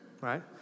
right